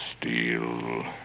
steel